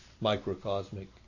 microcosmic